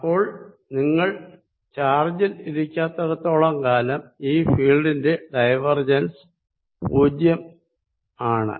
അപ്പോൾ നിങ്ങൾ ചാർജിൽ ഇരിക്കാത്തിടത്തോളം കാലം ഈ ഫീൽഡിന്റെ ഡൈവർജൻസ് പൂജ്യമാണ്